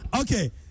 Okay